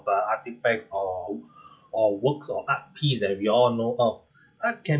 but artefacts or or works or art piece that we all know of art can